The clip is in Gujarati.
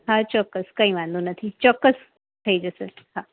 હા ચોક્કસ કઈ વાંધો નથી ચોક્કસ થઈ જશે હા